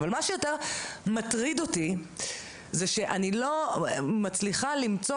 אבל מה שיותר מטריד אותי הוא שאני לא מצליחה למצוא,